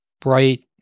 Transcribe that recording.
bright